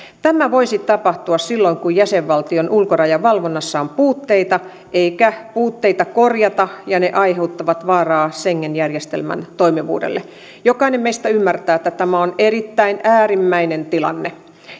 tämä voisi tapahtua silloin kun jäsenvaltion ulkorajan valvonnassa on puutteita eikä puutteita korjata ja ne aiheuttavat vaaraa schengen järjestelmän toimivuudelle jokainen meistä ymmärtää että tämä on erittäin äärimmäinen tilanne